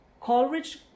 Coleridge